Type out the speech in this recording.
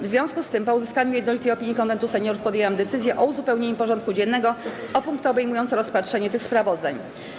W związku z tym, po uzyskaniu jednolitej opinii Konwentu Seniorów, podjęłam decyzję o uzupełnieniu porządku dziennego o punkty obejmujące rozpatrzenie tych sprawozdań.